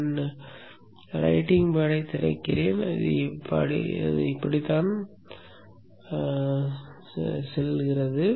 என் writing பேடைத் திறக்கிறேன் அது இப்படித்தான் செல்கிறது